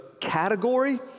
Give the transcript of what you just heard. category